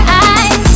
eyes